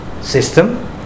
system